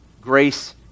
Grace